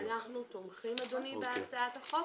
אנחנו תומכים, אדוני, בהצעת החוק.